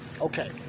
Okay